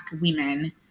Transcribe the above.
women